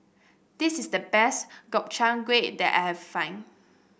this is the best Gobchang Gui that I have find